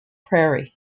prairie